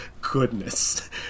goodness